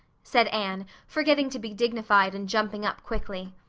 said anne forgetting to be dignified and jumping up quickly.